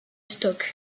stock